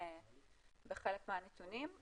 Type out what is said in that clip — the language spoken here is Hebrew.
בעצם החוק מגדיר רשימה של מעשים,